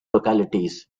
localities